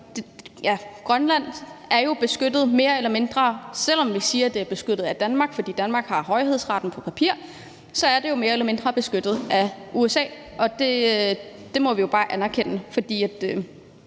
Grønland er jo mere eller mindre beskyttet. Selv om vi siger, at det er beskyttet af Danmark, fordi Danmark på papiret har højhedsretten, så er det jo mere eller mindre beskyttet af USA, og det må vi jo bare erkende. For